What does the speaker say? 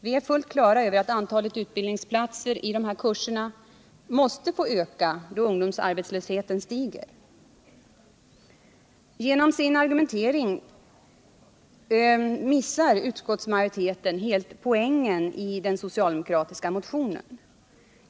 Vi är fullt på det klara med att antalet utbildningsplatser i dessa kurser måste få öka då ungdomsarbetslösheten stiger. Genom denna argumentering missar utskottsmajoriteten helt poängen i den socialdemokratiska motionen.